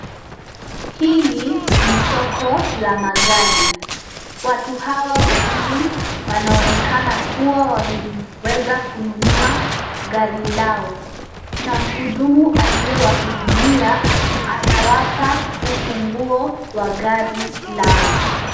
Hili ni soko la magari. Watu hawa wawili wanaonekana kuwa wameweza kununua gari lao na mhudumu aliyewahudumia anawapa ufunguo wa gari lao.